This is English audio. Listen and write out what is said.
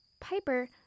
Piper